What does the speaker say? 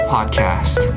Podcast